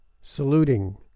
saluting